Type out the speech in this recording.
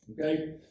Okay